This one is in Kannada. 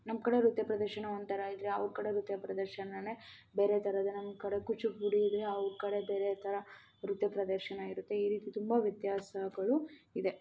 ನಮ್ಮ ಕಡೆ ನೃತ್ಯ ಪ್ರದರ್ಶನ ಒಂಥರ ಇದ್ದರೆ ಅವ್ರ ಕಡೆ ನೃತ್ಯ ಪ್ರದರ್ಶನವೇ ಬೇರೆ ಥರದೇ ನಮ್ಮ ಕಡೆ ಕೋಚಿಪುಡಿಯಿದೆ ಅವ್ರ ಕಡೆ ಬೇರೆ ಥರ ನೃತ್ಯ ಪ್ರದರ್ಶನ ಇರುತ್ತೆ ಈ ರೀತಿ ತುಂಬ ವ್ಯತ್ಯಾಸಗಳು ಇದೆ